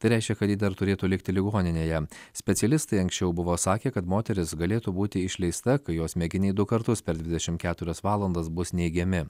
tai reiškia kad ji dar turėtų likti ligoninėje specialistai anksčiau buvo sakę kad moteris galėtų būti išleista kai jos mėginiai du kartus per dvidešimt keturias valandas bus neigiami